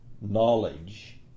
knowledge